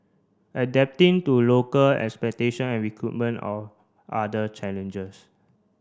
adapting to local expectation and recruitment or other challenges